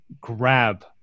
grab